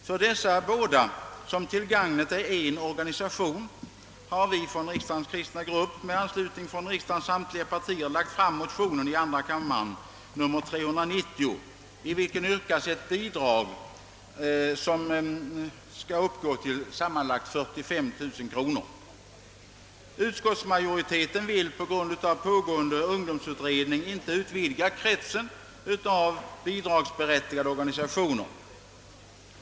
För dessa båda som till gagnet är en organisation har vi från riksdagens kristna grupp med anslutning från riksdagens samtliga partier lagt fram motion II: 390, i vilken yrkas ett bidrag av sammanlagt 45 000 kronor. Utskottsmajoriteten vill på grund av pågående ungdomsutredning inte utvidga kretsen av bidragsberättigade organisationer.